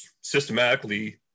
systematically